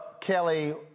Kelly